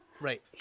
Right